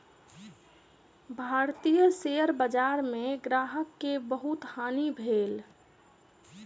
भारतीय शेयर बजार में ग्राहक के बहुत हानि भेल